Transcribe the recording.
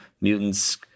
mutants